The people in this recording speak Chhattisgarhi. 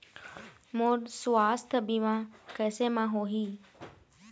मोर सुवास्थ बीमा कैसे म होही?